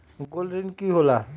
Gold ऋण की होला?